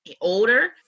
older